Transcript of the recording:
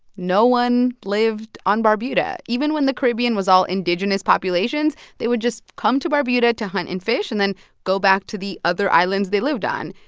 no one lived on barbuda. even when the caribbean was all indigenous populations, they would just come to barbuda to hunt and fish and then go back to the other islands they lived on.